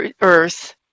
earth